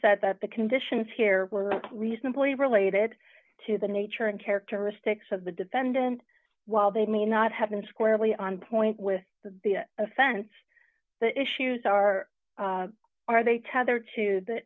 said that the conditions here were reasonably related to the nature and characteristics of the defendant while they may not have been squarely on point with the offense the issues are are they tethered to the